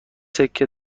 سکه